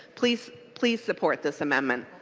please please support this amendment.